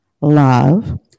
love